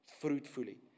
fruitfully